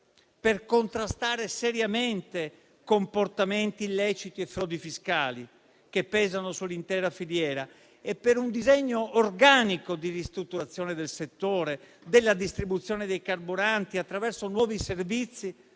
per contrastare seriamente comportamenti illeciti e frodi fiscali, che pesano sull'intera filiera, e per un disegno organico di ristrutturazione del settore della distribuzione dei carburanti, attraverso nuovi servizi